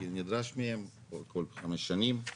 כי נדרש מהם כל חמש שנים.